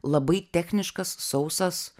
labai techniškas sausas